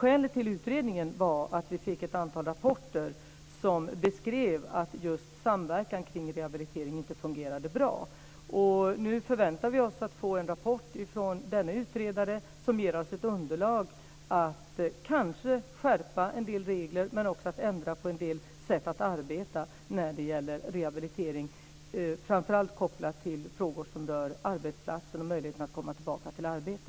Skälet till utredningen var att vi fick ett antal rapporter som beskrev att just samverkan kring rehabilitering inte fungerade bra. Nu förväntar vi oss en rapport från denne utredare som ger oss ett underlag för att kanske skärpa en del regler men också för att ändra på en del sätt att arbeta när det gäller rehabilitering, framför allt kopplat till frågor som rör arbetsplatser och möjligheterna att komma tillbaka till arbete.